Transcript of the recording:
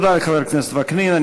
תודה לחבר הכנסת וקנין.